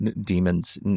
demons